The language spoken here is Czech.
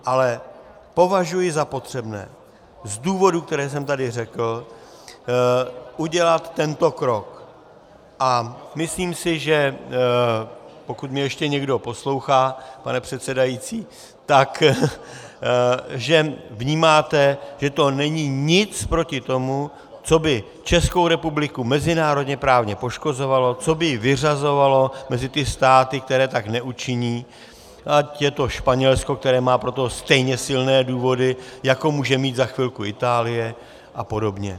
Ale považuji za potřebné z důvodů, které jsem tady řekl, udělat tento krok a myslím si, že pokud mě ještě někdo poslouchá, pane předsedající , tak že vnímáte, že to není nic proti tomu, co by Českou republiku mezinárodněprávně poškozovalo, co by ji vyřazovalo mezi ty státy, které tak neučiní, ať je to Španělsko, které má pro to stejně silné důvody, jako může mít za chvilku Itálie apod.